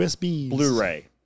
Blu-ray